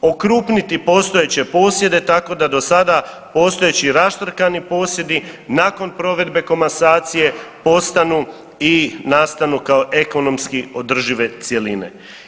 Okrupniti postojeće posjede, tako da do sada postojeći raštrkani posjedi nakon provedbe komasacije postanu i nastanu kao ekonomski održive cjeline.